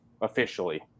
officially